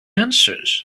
answers